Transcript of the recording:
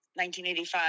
1985